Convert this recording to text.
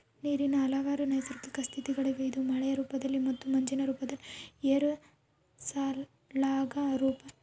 ನೀರಿನ ಹಲವಾರು ನೈಸರ್ಗಿಕ ಸ್ಥಿತಿಗಳಿವೆ ಇದು ಮಳೆಯ ರೂಪದಲ್ಲಿ ಮತ್ತು ಮಂಜಿನ ರೂಪದಲ್ಲಿ ಏರೋಸಾಲ್ಗಳ ರೂಪ